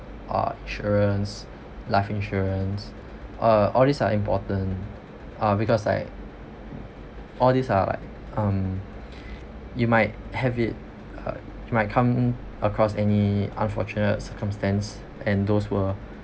uh insurance life insurance uh all these are important uh because like all these are like um you might have it uh you might come across any unfortunate circumstance and those were